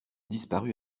disparu